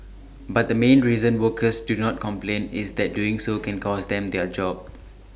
but the main reason workers do not complain is that doing so can cost them their job